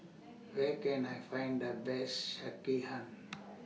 Where Can I Find The Best Sekihan